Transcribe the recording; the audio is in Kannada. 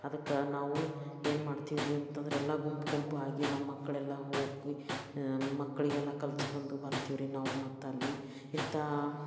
ಅದಕ್ಕೆ ನಾವು ಏನು ಮಾಡ್ತಿವ್ರೀ ಅಂತಂದ್ರೆ ಎಲ್ಲ ಗುಂಪು ಗುಂಪಾಗಿ ನಮ್ಮ ಮಕ್ಳೆಲ್ಲ ಹೋಗಿ ಮಕ್ಕಳಿಗೆಲ್ಲ ಕಲ್ಸ್ಕೊಂಡು ಬರ್ತೀವ್ರಿ ನಾವು ಮತ್ತಲ್ಲಿ ಇಂಥ